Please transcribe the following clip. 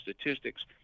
statistics